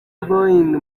boeing